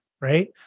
right